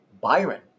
Byron